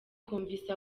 twumvise